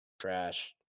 trash